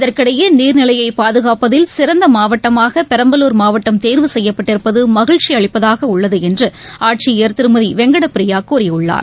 இதற்கிடையே நீர்நிலையைபாதுகாப்பதில் சிறந்தமாவட்டமாகபெரம்பலூர் மாவட்டம் தேர்வு செய்யப்பட்டிருப்பதமகிழ்ச்சிஅளிப்பதாகஉள்ளதுஎன்றுஆட்சியர் திருமதிவெங்கடபிரியாகூறியுள்ளார்